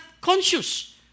conscious